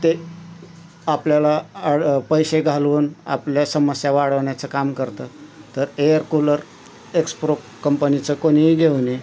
ते आपल्याला आ पैसे घालवून आपल्या समस्या वाढवण्याचं काम करतं तर एअर कुलर एक्सप्रो कंपनीचं कोणीही घेऊ नाही